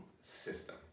system